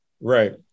Right